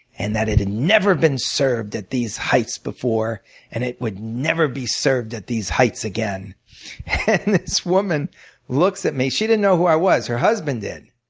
and that it had never been served at these heights before and it would never be served at these heights again. and this woman looks at me. she didn't know who i was her husband did.